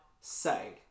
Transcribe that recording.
say